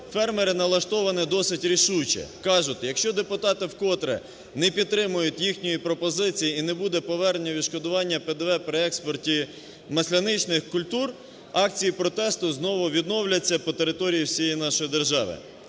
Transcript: фермери налаштовані досить рішуче, кажуть, якщо депутати вкотре не підтримають їхньої пропозиції і не буде повернення відшкодування ПДВ при експорті масляничних культур, акції протесту знову відновляться по території всієї нашої держави.